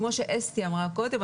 כמו שאסתי אמרה קודם,